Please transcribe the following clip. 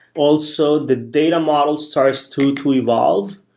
also, the data model starts too to evolve,